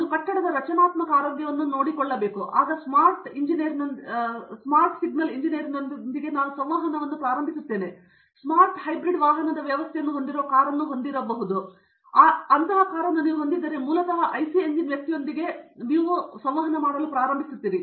ಒಂದು ಕಟ್ಟಡದ ರಚನಾತ್ಮಕ ಆರೋಗ್ಯವನ್ನು ನಾನು ನೋಡಿಕೊಳ್ಳುತ್ತಿದ್ದೇನೆ ಸ್ಮಾರ್ಟ್ ಸಿಗ್ನಿ ಎಂಜಿನಿಯರ್ನೊಂದಿಗೆ ನಾನು ಸಂವಹನವನ್ನು ಪ್ರಾರಂಭಿಸುತ್ತೇನೆ ನಾನು ಸ್ಮಾರ್ಟ್ ಹೈಬ್ರಿಡ್ ವಾಹನದ ವ್ಯವಸ್ಥೆಯನ್ನು ಹೊಂದಿರುವ ಕಾರನ್ನು ಹೊಂದಿದ್ದರೆ ನೀವು ಮೂಲತಃ ಐಸಿ ಎಂಜಿನ್ ವ್ಯಕ್ತಿಯೊಂದಿಗೆ ಪರಸ್ಪರ ಅರ್ಥಮಾಡಿಕೊಳ್ಳಲು ಪ್ರಾರಂಭಿಸುತ್ತೀರಿ